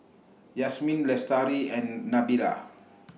Yasmin Lestari and Nabila